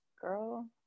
Girl